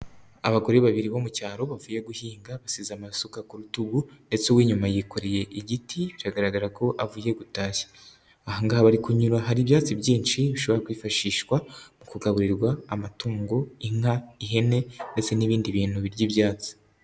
Abagore babiri bo mu cyaro bavuye guhinga basize amasuka ku rutugu ndetse uw'inyuma yikoreye igiti biragaragara ko avuye gutashya, aha ngaha bari kunyura hari ibyatsi byinshi bishobora kwifashishwa mu kugaburirwa amatungo: inka, ihene ndetse n'ibindi bintu birya ibyatsi.